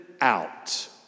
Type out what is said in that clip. out